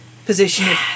position